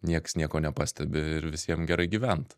nieks nieko nepastebi ir visiem gerai gyvent